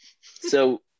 So-